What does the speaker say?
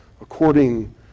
according